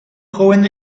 joven